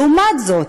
לעומת זאת,